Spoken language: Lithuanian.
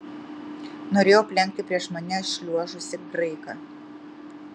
norėjau aplenkti prieš mane šliuožusį graiką